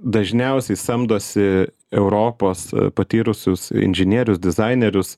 dažniausiai samdosi europos patyrusius inžinierius dizainerius